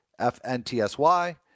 FNTSY